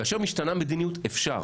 כאשר משתנה מדיניות, אפשר.